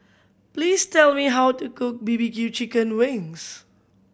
please tell me how to cook B B Q chicken wings